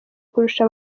kurusha